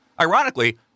Ironically